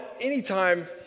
anytime